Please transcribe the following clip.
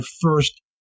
first